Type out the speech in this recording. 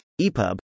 EPUB